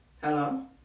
Hello